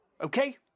Okay